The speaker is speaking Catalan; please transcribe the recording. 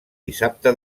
dissabte